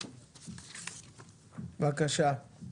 בבקשה.